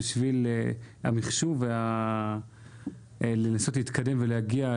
בשביל המחשוב כדי לנסות להתקדם ולהגיע,